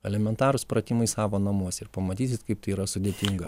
elementarūs pratimai savo namuose ir pamatysit kaip tai yra sudėtinga